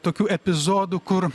tokių epizodų kur